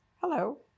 Hello